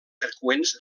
freqüents